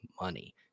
money